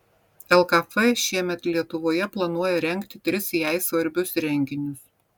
lkf šiemet lietuvoje planuoja rengti tris jai svarbius renginius